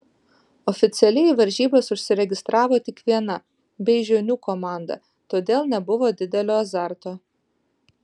oficialiai į varžybas užsiregistravo tik viena beižionių komanda todėl nebuvo didelio azarto